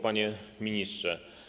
Panie Ministrze!